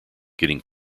getting